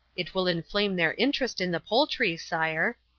it will inflame their interest in the poultry, sire.